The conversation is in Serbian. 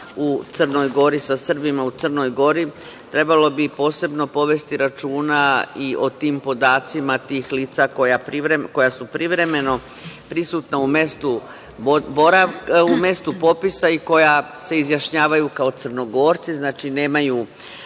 se dešava sa Srbima u Crnoj Gori, trebalo bi posebno povesti računa i o tim podacima tih lica koja su privremeno prisutna u mestu popisa i koja se izjašnjavaju kao Crnogorci, znači, nemaju